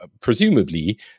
presumably